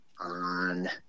on